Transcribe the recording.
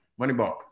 Moneyball